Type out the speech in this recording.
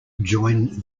join